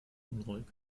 unruhig